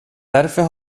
därför